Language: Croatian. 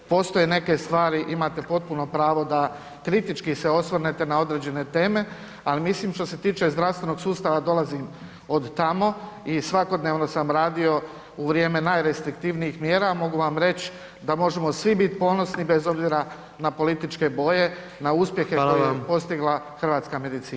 Postoje neke stvari, imate potpuno pravo da se kritički osvrnite na neke određene teme, ali mislim što se tiče zdravstvenog sustava dolazim od tamo i svakodnevno sam radio u vrijeme najrestriktivnijih mjera, mogu vam reć da možemo svi biti ponosni bez obzira na političke boje, na uspjehe koje je postigla hrvatska medicina.